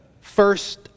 first